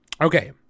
Okay